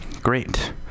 Great